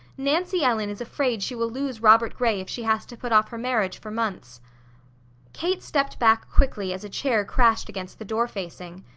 nancy ellen is afraid she will lose robert gray if she has to put off her marriage for months kate stepped back quickly as a chair crashed against the door facing.